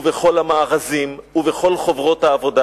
בכל המארזים ובכל חוברות העבודה,